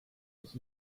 ich